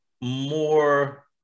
more